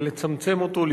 לצמצם אותו,